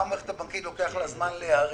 גם למערכת הבנקאית לוקח זמן להיערך.